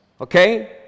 okay